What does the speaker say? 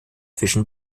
fischen